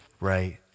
right